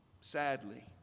sadly